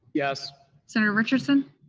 yes. senator richardson?